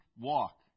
walk